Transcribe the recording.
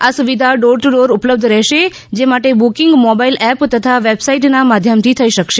આ સુવિધા door to door ઉપલબ્ધ રહેશે જે માટે બૂકિંગ મોબાઇલ એપ તથા વેબસાઇટના માધ્યમથી થઈ શકશે